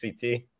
CT